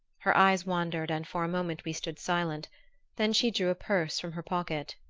her eyes wandered and for a moment we stood silent then she drew a purse from her pocket.